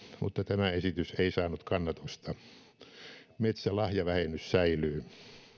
mutta tämä esitys ei saanut kannatusta metsän lahjavähennys säilyy